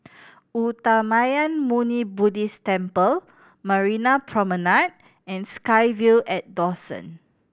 Uttamayanmuni Buddhist Temple Marina Promenade and SkyVille at Dawson